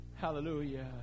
Hallelujah